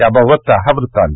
त्या बाबतचा हा वृत्तांत